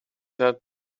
that